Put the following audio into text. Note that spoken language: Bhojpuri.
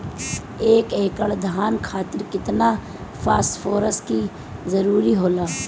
एक एकड़ धान खातीर केतना फास्फोरस के जरूरी होला?